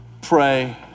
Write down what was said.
pray